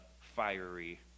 fiery